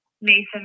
Mason